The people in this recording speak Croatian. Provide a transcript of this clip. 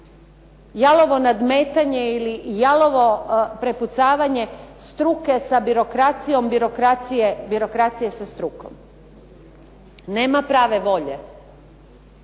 jalovo nadmetanje ili jalovo prepucavanje struke sa birokracijom, birokracije sa strukom. Nema prave volje